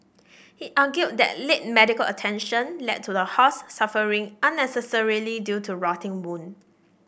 he argued that late medical attention led to the horse suffering unnecessarily due to rotting wound